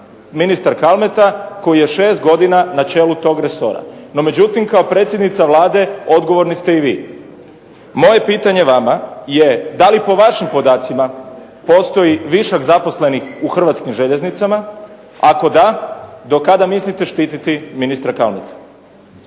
ministar Kalmeta koji je 6 godina na čelu toga resora. No, međutim kao predsjednica Vlade odgovorni ste i vi. Moje pitanje vama je da li po vašim podacima postoji višak zaposlenih u Hrvatskim željeznicama? Ako da, do kada mislite štiti ministra Kalmetu?